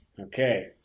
Okay